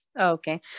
Okay